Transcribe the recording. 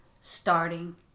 starting